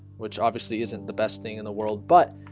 which obviously isn't the best thing in the world but